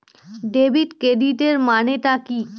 Debit ক্রেডিটের মানে টা কি?